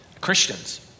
Christians